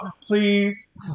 please